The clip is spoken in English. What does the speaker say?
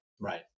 right